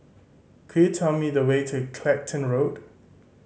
could you tell me the way to Clacton Road